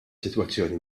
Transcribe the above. sitwazzjoni